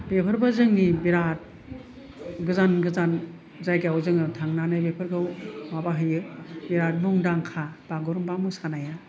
बेफोरबो जोंनि बिराद गोजान गोजान जायगायाव जोङो थांनानै बेफोरखौ माबाहैयो बिराद मुंदांखा बागुरुमबा मोसानाया